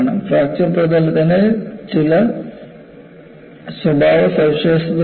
fracture പ്രതലത്തിന്റെ ചില സ്വഭാവ സവിശേഷതകളുണ്ട്